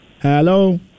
Hello